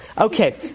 Okay